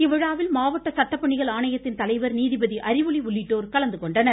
இவ்விழாவில் மாவட்ட சட்டபணிகள் ஆணையத்தின் தலைவர் நீதிபதி அறிவொளி உள்ளிட்டோர் கலந்துகொண்டனர்